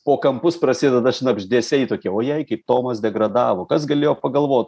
po kampus prasideda šnabždesiai tokie ojej kaip tomas degradavo kas galėjo pagalvo